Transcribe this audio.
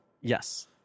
Yes